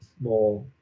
more